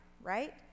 Right